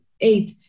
eight